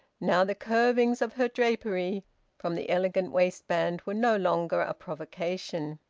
now, the curvings of her drapery from the elegant waistband were no longer a provocation.